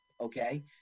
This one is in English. okay